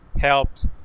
helped